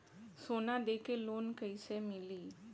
सोना दे के लोन कैसे मिली?